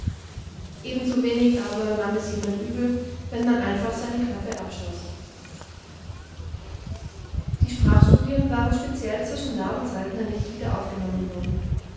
aber nahm es jemand übel wenn man einfach seine klappe abschloß die sprachstudien waren speziell zwischen la und saltner nicht wieder aufgenommen worden